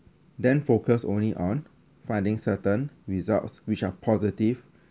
then focus only on finding certain results which are positive